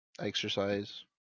exercise